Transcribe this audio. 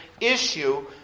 issue